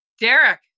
Derek